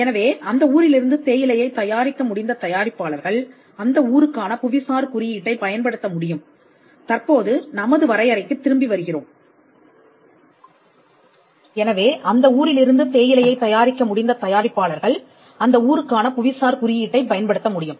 எனவே அந்த ஊரிலிருந்து தேயிலையைத் தயாரிக்க முடிந்த தயாரிப்பாளர்கள் அந்த ஊருக்கான புவிசார் குறியீட்டை பயன்படுத்த முடியும்